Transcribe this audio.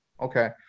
Okay